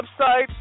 website